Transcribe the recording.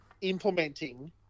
implementing